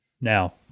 Now